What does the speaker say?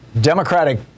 Democratic